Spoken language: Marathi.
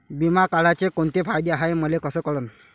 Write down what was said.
बिमा काढाचे कोंते फायदे हाय मले कस कळन?